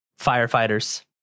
firefighters